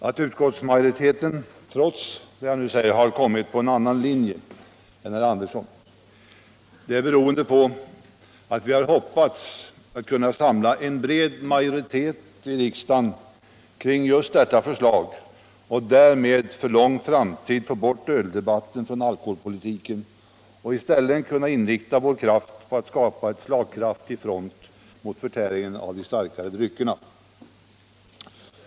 Att utskottsmajoriteten trots det jag nu säger har följt en annan linje än herr Andersson är beroende på att vi hade hoppats kunna samla en bred majoritet i riksdagen kring just vårt förslag och därmed för lång tid framöver få bort öldebatten från alkoholpolitiken och i stället kunna inrikta vår kraft på att skapa en slagkraftig front mot förtäringen av de starkare dryckerna.